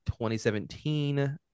2017